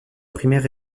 primaire